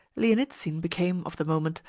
lienitsin became, of the moment,